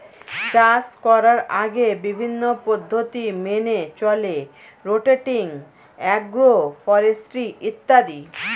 চাষ করার আগে বিভিন্ন পদ্ধতি মেনে চলে রোটেটিং, অ্যাগ্রো ফরেস্ট্রি ইত্যাদি